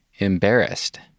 embarrassed